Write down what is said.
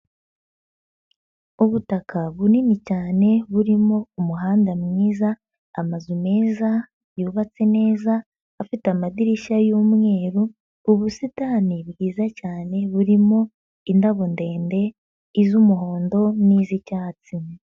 Ubutaka bunini cyane, burimo umuhanda mwiza, amazu meza, yubatse neza, afite amadirishya y'umweru, ubusitani bwiza cyane burimo indabo ndende, iz'umuhondo n'iz'icyatsi.